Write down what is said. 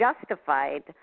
justified